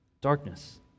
darkness